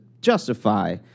justify